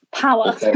power